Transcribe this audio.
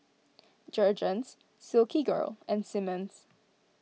Jergens Silkygirl and Simmons